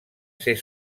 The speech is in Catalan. ser